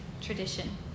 Tradition